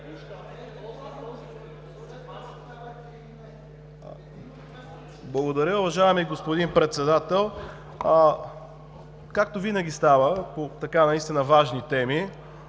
Благодаря, уважаеми господин Председател. Както винаги става, по наистина важни теми,